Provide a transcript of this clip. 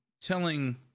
telling